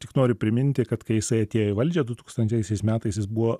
tik noriu priminti kad kai jisai atėjo į valdžią dutūkstantaisiais metais jis buvo